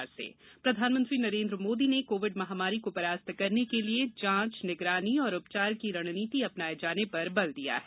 प्रधानमंत्री कोविड प्रधानमंत्री नरेन्द्र मोदी ने कोविड महामारी को परास्त करने के लिए जांच निगरानी और उपचार की रणनीति अपनाये जाने पर बल दिया है